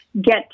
get